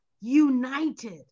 united